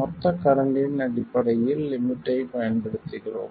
மொத்த கரண்ட்டின் அடிப்படையில் லிமிட்டைப் பயன்படுத்துகிறோம்